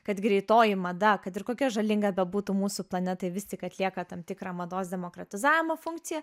kad greitoji mada kad ir kokia žalinga bebūtų mūsų planetai vis tik atlieka tam tikrą mados demokratizavimo funkciją